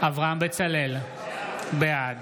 אברהם בצלאל, בעד